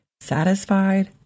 satisfied